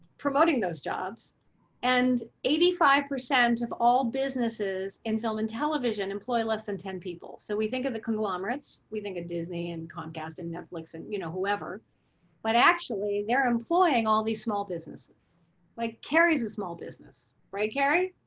promoting those jobs and eighty five percent of all businesses in film and television employee less than ten people. so we think of the conglomerates, we think a disney and comcast and netflix and, you know, whoever ruth vitale but actually, they're employing all these small business like carries a small business right kari.